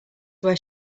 where